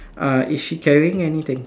err is she carrying anything